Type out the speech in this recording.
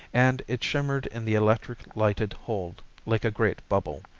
and it shimmered in the electric lighted hold like a great bubble.